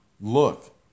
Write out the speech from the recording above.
look